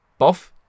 Boff